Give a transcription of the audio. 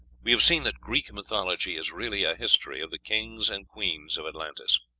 we have seen that greek mythology is really a history of the kings and queens of atlantis.